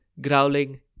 growling